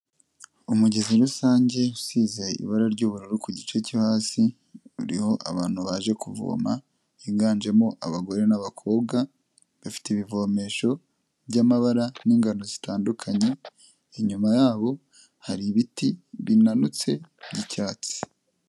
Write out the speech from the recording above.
Umugezi rusange usize ibara ry'ubururu ku gice cyo hasi, uriho abantu baje kuvoma, higanjemo abagore n'abakobwa, bafite ibivomesho by'amabara n'ingano zitandukanye, inyuma yabo hari ibiti binanutse by'icyatsi.